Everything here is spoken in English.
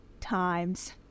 times